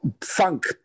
Funk